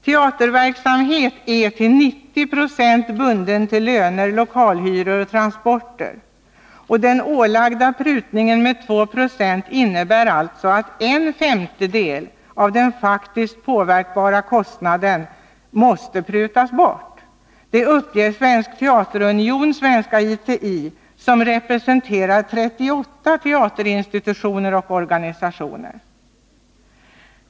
Teaterverksamheten är till 90 2 bunden till löner, lokalhyror och transporter. Den ålagda prutningen med 2 96 innebär alltså att en femtedel av den faktiskt påverkbara kostnaden måste prutas bort. Det uppger Svensk teaterunion-Svenska ITI, som representerar 38 teaterinstitutioner och organisationer.